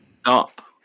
stop